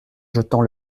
jetant